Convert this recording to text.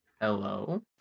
Hello